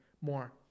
more